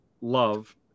love